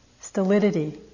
stolidity